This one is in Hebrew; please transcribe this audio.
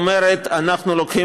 או קצת